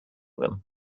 them